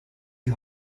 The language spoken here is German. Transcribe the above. die